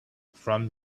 from